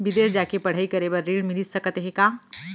बिदेस जाके पढ़ई करे बर ऋण मिलिस सकत हे का?